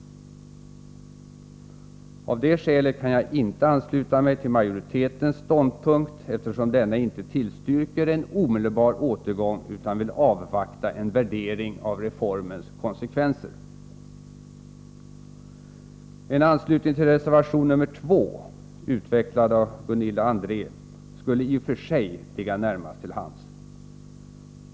Av det skälet kan jag inte ansluta mig till majoritetens ståndpunkt, eftersom denna inte tillstyrker en omedelbar återgång utan vill avvakta en värdering av reformens konsekvenser. En anslutning till reservation nr 2, utvecklad av Gunilla André, skulle i och för sig ligga närmast till hands.